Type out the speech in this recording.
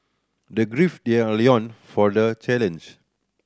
they their loin for the challenge